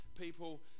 people